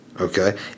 okay